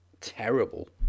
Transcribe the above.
terrible